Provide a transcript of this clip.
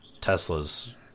Tesla's